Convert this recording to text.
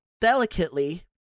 delicately